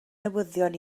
newyddion